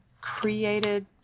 created